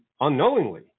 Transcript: unknowingly